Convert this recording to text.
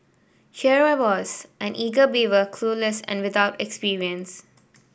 here I was an eager beaver clueless and without experience